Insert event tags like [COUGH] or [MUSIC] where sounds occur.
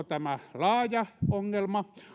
[UNINTELLIGIBLE] tämä laaja ongelma